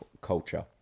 culture